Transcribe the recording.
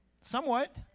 somewhat